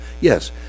Yes